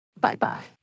Bye-bye